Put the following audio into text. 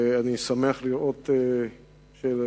ואני שמח לראות שהשר